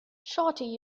shawty